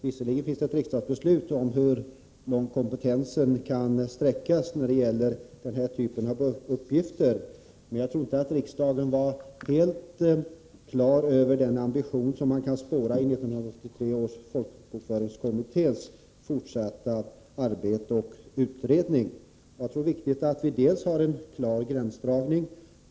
Visserligen har vi ett riksdagsbeslut om hur långt kompetensen kan sträckas när det gäller denna typ av uppgifter, men riksdagen var nog inte helt på det klara med den ambition som vi kan spåra i 1983 års folkbokföringskommittés fortsatta utredningsarbete. Det är viktigt att vi har en klar gränsdragning.